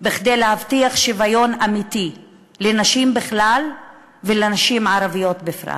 כדי להבטיח שוויון אמיתי לנשים בכלל ולנשים ערביות בפרט.